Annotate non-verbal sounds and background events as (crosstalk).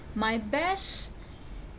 my best (breath)